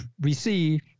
receive